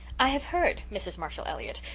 i have heard, mrs. marshall elliott,